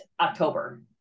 October